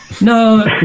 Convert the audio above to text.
No